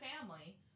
family